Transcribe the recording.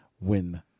win